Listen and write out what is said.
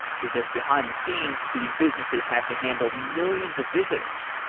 because behind-the scenes, these businesses have to handle millions of visitors.